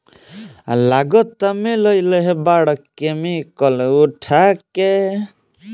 हाथ से सोहनी करे आउर मशीन से कटनी करे मे कौन जादे अच्छा बा?